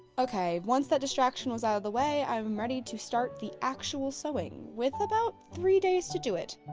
okay, once that distraction was out of the way i'm ready to start the actual sewing. with about three days to do it.